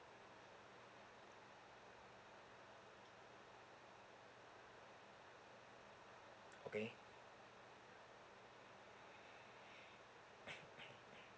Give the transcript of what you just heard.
okay